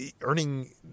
earning